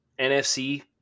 NFC